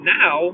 now